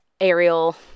Ariel